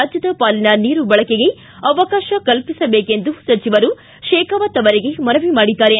ರಾಜ್ಯದ ಪಾಲಿನ ನೀರು ಬಳಕೆಗೆ ಅವಕಾಶ ಕಲ್ಪಿಸಬೇಕೆಂದು ಸಚಿವರು ಶೇಖಾವತ್ ಅವರಿಗೆ ಮನವಿ ಮಾಡಿದ್ದಾರೆ